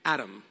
Adam